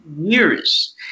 years